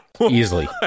Easily